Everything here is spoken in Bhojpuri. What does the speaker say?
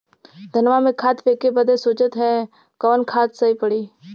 धनवा में खाद फेंके बदे सोचत हैन कवन खाद सही पड़े?